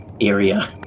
area